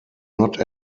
not